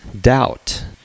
doubt